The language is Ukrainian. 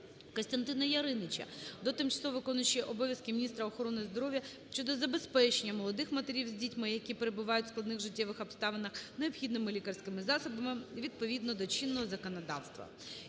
Костянтина Яриніча до тимчасово виконуючої обов'язки міністра охорони здоров'я щодо забезпечення молодих матерів з дітьми, які перебувають у складних життєвих обставинах, необхідними лікарськими засобами, відповідно до чинного законодавства